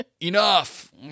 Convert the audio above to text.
Enough